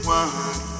one